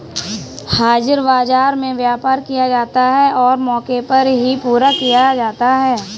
हाजिर बाजार में व्यापार किया जाता है और मौके पर ही पूरा किया जाता है